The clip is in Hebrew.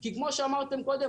כי כמו שאמרתם קודם,